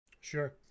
sure